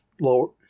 lower